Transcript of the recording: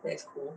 that's cool